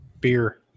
Beer